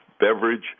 beverage